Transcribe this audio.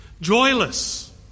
joyless